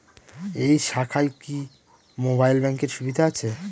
এই শাখায় কি মোবাইল ব্যাঙ্কের সুবিধা আছে?